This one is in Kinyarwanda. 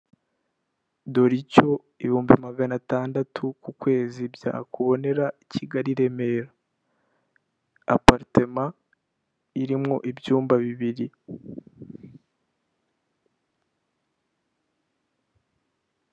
Dore icyo ibihumbi magana atandatu ku kwezi byakubonera Kigali Remera. Aparitema irimo ibyumba bibiri.